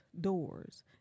doors